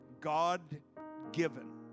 God-given